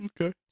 Okay